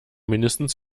mindestens